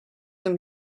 him